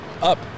Up